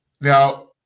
Now